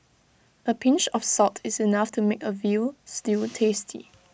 A pinch of salt is enough to make A Veal Stew tasty